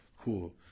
cool